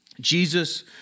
Jesus